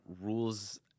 rules